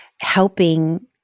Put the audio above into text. helping